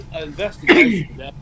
investigation